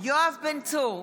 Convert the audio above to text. יואב בן צור,